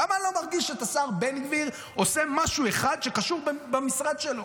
למה אני לא מרגיש את השר בן גביר עושה משהו אחד שקשור למשרד שלו?